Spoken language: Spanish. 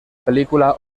película